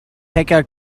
hacker